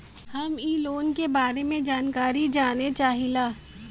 हम इ लोन के बारे मे जानकारी जाने चाहीला?